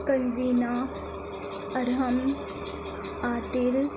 کنزینہ ارحم عاتر